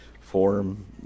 form